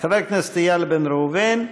חבר הכנסת איל בן ראובן,